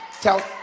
tell